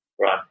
Right